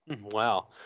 Wow